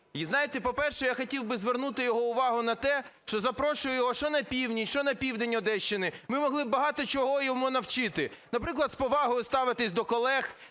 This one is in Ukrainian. І, знаєте, по-перше, я хотів би звернути його увагу на те, що запрошую його що на північ, що на південь Одещини, ми могли б багато чого його навчити. Наприклад, з повагою ставитися до колег,